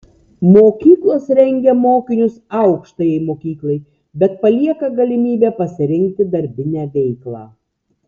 mokyklos rengia mokinius aukštajai mokyklai bet palieka galimybę pasirinkti darbinę veiklą